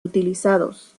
utilizados